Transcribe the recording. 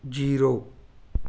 zero